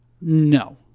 No